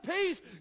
peace